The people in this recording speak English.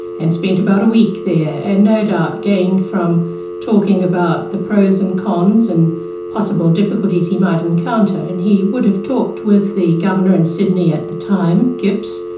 and spent about a week there, and no doubt gained from talking about the pros and cons, and possible difficulties he might encounter. and he would have talked with the governor in sydney at the time, gipps,